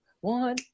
one